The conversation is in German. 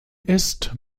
ist